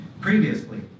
previously